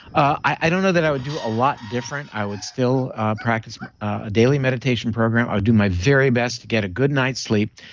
i don't know that i would do a lot different. i would still practice a daily meditation program i would do my very best to get a good night's sleep,